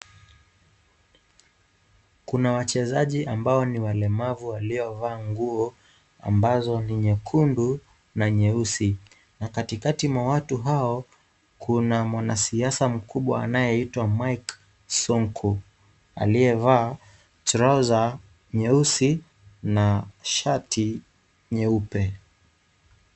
Kuna wachezaji ambao ni walemavu waliovaa nguo ambazo ni nyekundu na nyeusi, na katikati mwa watu hao, kuna mwanasiasa mkubwa anayeitwa Mike Sonko aliyevaa trouser nyeusi na shati nyeupe.